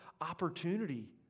opportunity